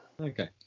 Okay